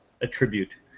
attribute